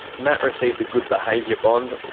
matt received a good behaviour bond,